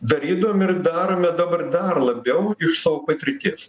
darydavom ir darome dabar dar labiau iš savo patirties